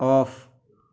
off